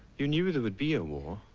you knew there would be a war?